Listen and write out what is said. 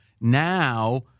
Now